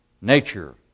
Nature